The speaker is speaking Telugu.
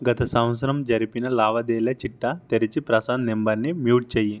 గత సంవత్సరం జరిపిన లావాదేవీల చిట్టా తెరచి ప్రసాద్ నంబర్ని మ్యూట్ చెయ్యి